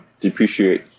depreciate